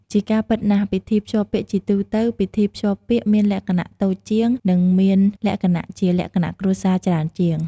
ជាការពិតណាស់់ ពិធីភ្ជាប់ពាក្យជាទូទៅ ពិធីភ្ជាប់ពាក្យមានលក្ខណៈ តូចជាង និង មានលក្ខណៈជាលក្ខណៈគ្រួសារ ច្រើនជាង។